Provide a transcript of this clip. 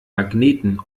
magneten